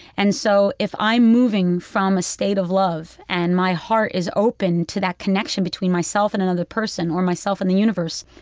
and so if i'm moving from a state of love and my heart is open to that connection between myself and another person or myself and the universe,